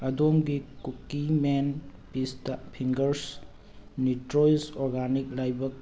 ꯑꯗꯣꯝꯒꯤ ꯀꯨꯀꯤ ꯃꯦꯟ ꯄꯤꯁꯇꯥ ꯐꯤꯡꯒꯔꯁ ꯅꯤꯇ꯭ꯔꯣꯏꯁ ꯑꯣꯔꯒꯥꯅꯤꯛ ꯂꯥꯏꯕꯛ